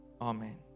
amen